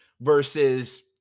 versus